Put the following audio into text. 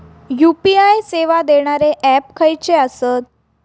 UPI सेवा देणारे app खयचे आसत?